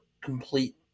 complete